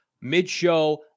mid-show